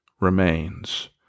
remains